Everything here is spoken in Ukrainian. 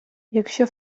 якщо